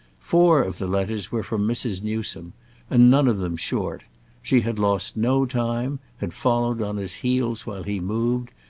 four of the letters were from mrs. newsome and none of them short she had lost no time, had followed on his heels while he moved,